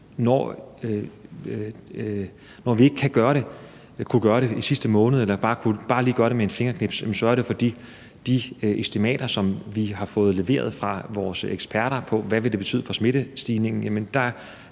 Når vi ikke kunne gøre det i sidste måned eller bare lige kan gøre det med et fingerknips, er det, fordi der ifølge de estimater, som vi har fået leveret af vores eksperter, af, hvad det vil betyde for smittestigningen, er nogle